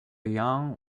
young